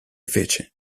fece